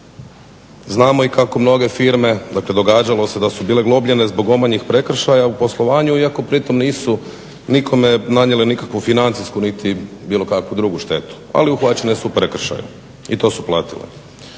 Znamo i kako mnoge firme, dakle događalo se da su bile globljene zbog omanjih prekršaja u poslovanju iako pritom nisu nikome nanijele nikakvu financijsku niti bilo kakvu drugu štetu, ali uhvaćene su u prekršaju i to su platile.